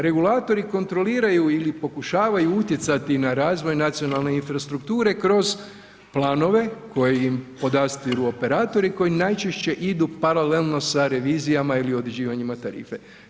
Regulatori kontroliraju ili pokušavaju utjecati na razvoj nacionalne infrastrukture kroz planove koje im podastiru operatori koji najčešće idu paralelno sa revizijama ili određivanjima tarife.